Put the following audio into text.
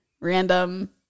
random